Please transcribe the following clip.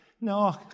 No